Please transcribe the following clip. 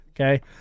okay